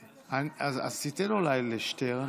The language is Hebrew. לא, אני צריך ללכת, אז תיתן אולי לשטרן?